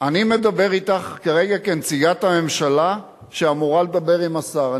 אני מדבר אתך כרגע כנציגת הממשלה שאמורה לדבר עם השר.